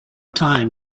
time